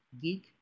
geek